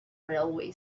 railway